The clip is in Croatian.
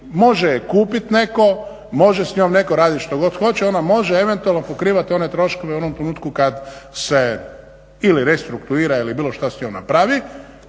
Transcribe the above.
Može je kupiti netko, može s njom netko raditi što god hoće, ona može eventualno pokrivati one troškove u onom trenutku kad se ili restrukturira ili bilo što s njom napravi,